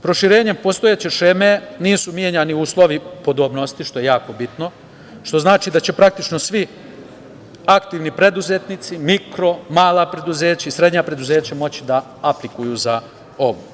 Proširenjem postojeće šeme nisu menjani uslovi podobnosti, što je jako bitno, što znači da će praktično svi aktivni preduzetnici, mikro, mala preduzeća i srednja moći da apliciraju za ovo.